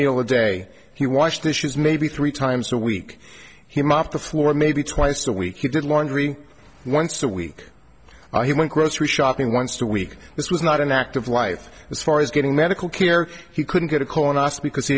meal a day he washed dishes maybe three times a week he mopped the floor maybe twice a week you did laundry once a week while he went grocery shopping once a week this was not an active life as far as getting medical care he couldn't get a call on us because he